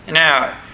Now